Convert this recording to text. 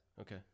Okay